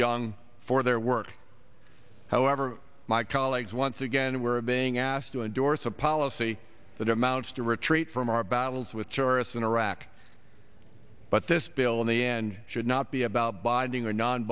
young for their work however my colleagues once again were being asked to endorse a policy that amounts to retreat from our battles with terrorists in iraq but this bill in the end should not be about binding or non